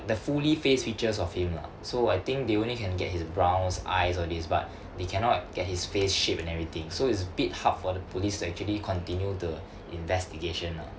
the fully face features of him lah so I think they only can get his brows eyes all this but they cannot get his face shape and everything so it's a bit hard for the police to actually continue the investigation lah